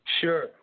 Sure